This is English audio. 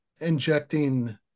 Injecting